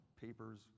papers